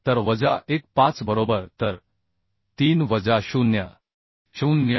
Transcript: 75 वजा 1 5 बरोबर तर 3 वजा 0 0